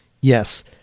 Yes